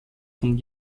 von